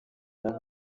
ghana